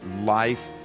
life